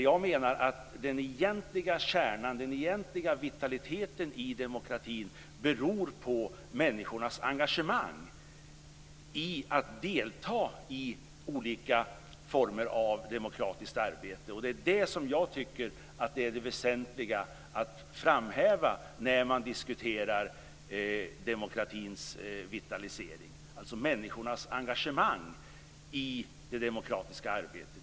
Jag menar att den egentliga kärnan, den egentliga vitaliteten, i demokratin beror på människornas engagemang när det gäller att delta i olika former av demokratiskt arbete. Detta tycker jag är det väsentliga att framhäva när man diskuterar demokratins vitalisering. Det handlar alltså om människornas engagemang i det demokratiska arbetet.